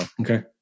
Okay